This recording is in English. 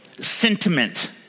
sentiment